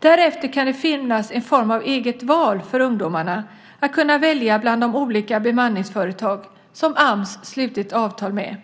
Därefter kan det finnas en form av eget val för ungdomarna där de kan välja bland de olika bemanningsföretag som Ams slutit avtal med.